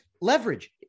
leverage